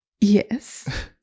yes